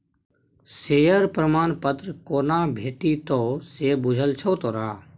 Share प्रमाण पत्र कोना भेटितौ से बुझल छौ तोरा?